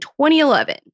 2011